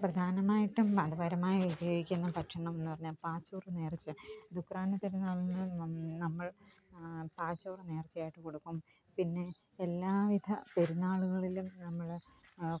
പ്രധാനമായിട്ടും മതപരമായി ഉപയോഗിക്കുന്ന ഭക്ഷണമെന്നു പറഞ്ഞാല് പാച്ചോറ് നേര്ച്ച ദുക്റാനപ്പെരുന്നാളിന് നമ്മള് പാച്ചോറ് നേര്ച്ചയായിട്ട് കൊടുക്കും പിന്നെ എല്ലാവിധ പെരുന്നാളുകളിലും നമ്മള്